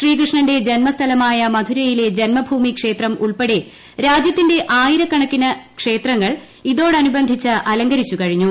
ശ്രീകൃഷ്ണന്റെ ജന്മസ്ഥലമായ മഥുരയിലെ ജന്മഭൂമി ക്ഷേത്രം ഉൾപ്പെടെ രാജ്യത്തെ ആയിരക്കണക്കിന് ക്ഷേത്രങ്ങൾ ഇതോടനുബന്ധിച്ച് അലങ്കരിച്ചു കഴിഞ്ഞു